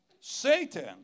Satan